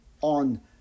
on